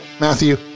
Matthew